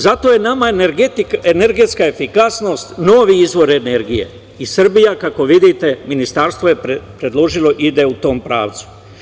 Zato je nama energetska efikasnost novi izvor energije i Srbija, kako vidite, Ministarstvo je predložilo i ide u tom pravcu.